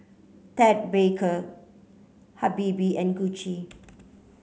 Ted Baker Habibie and Gucci